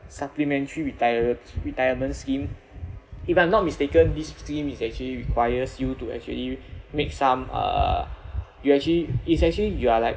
supplementary retire~ retirement scheme if I'm not mistaken this scheme is actually requires you to actually make some uh you actually it's actually you are like